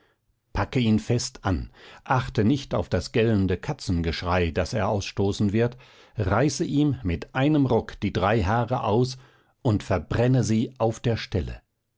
packe ihn fest an achte nicht auf das gellende katzengeschrei das er ausstoßen wird reiße ihm mit einem ruck die drei haare aus und verbrenne sie auf der stelle